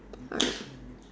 alright